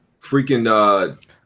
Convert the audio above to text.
Freaking